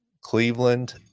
Cleveland